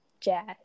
jazz